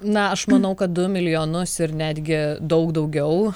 na aš manau kad du milijonus ir netgi daug daugiau